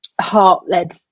heart-led